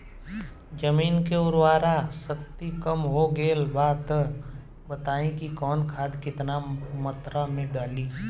जमीन के उर्वारा शक्ति कम हो गेल बा तऽ बताईं कि कवन खाद केतना मत्रा में डालि?